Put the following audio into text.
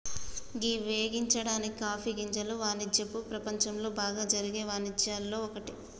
గీ వేగించని కాఫీ గింజల వానిజ్యపు ప్రపంచంలో బాగా జరిగే వానిజ్యాల్లో ఒక్కటి